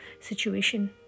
situation